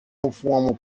formal